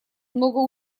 много